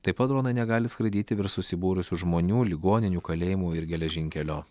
taip pat dronai negali skraidyti virš susibūrusių žmonių ligoninių kalėjimų ir geležinkelio